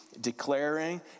declaring